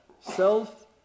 self